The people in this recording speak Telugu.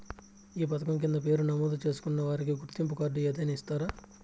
ఈ పథకం కింద పేరు నమోదు చేసుకున్న వారికి గుర్తింపు కార్డు ఏదైనా ఇస్తారా?